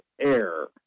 Air